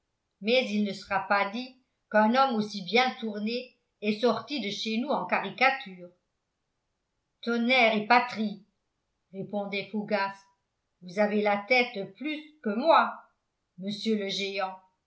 mais il ne sera pas dit qu'un homme aussi bien tourné est sorti de chez nous en caricature tonnerre et patrie répondait fougas vous avez la tête de plus que moi monsieur le géant